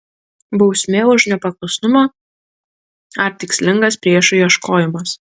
bausmė už nepaklusnumą ar tikslingas priešų ieškojimas